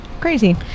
Crazy